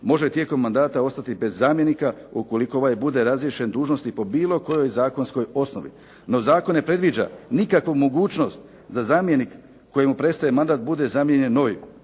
može tijekom mandata ostati bez zamjenika ukoliko ovaj bude razriješen dužnosti po bilo kojoj zakonskoj osnovi. No zakon ne predviđa nikakvu mogućnost da zamjenik kojemu prestaje mandat bude zamijenjen novim.